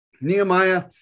Nehemiah